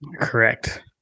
Correct